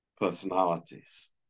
personalities